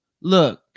look